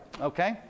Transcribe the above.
Okay